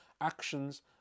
actions